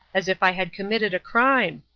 as if i had committed a crime.